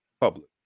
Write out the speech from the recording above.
public